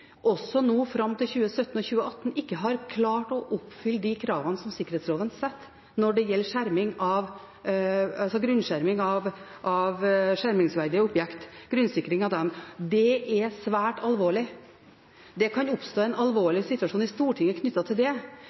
fram til 2017 og 2018, ikke har klart å oppfylle de kravene som sikkerhetsloven setter når det gjelder grunnsikring av skjermingsverdige objekt. Det er svært alvorlig. Det kan oppstå en alvorlig situasjon i Stortinget knyttet til det.